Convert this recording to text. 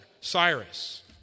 Cyrus